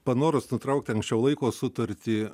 panorus nutraukti anksčiau laiko sutartį